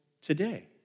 today